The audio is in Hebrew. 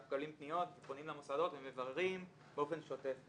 אנחנו מקבלים פניות ופונים למוסדות ומבררים באופן שוטף.